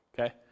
Okay